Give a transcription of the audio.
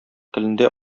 телендә